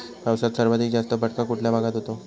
पावसाचा सर्वाधिक जास्त फटका कुठल्या भागात होतो?